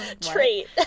trait